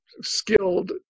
skilled